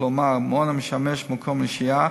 כלומר מעון המשמש מקום לשהייה,